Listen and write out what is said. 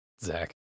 Zach